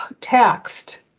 taxed